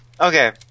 Okay